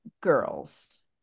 girls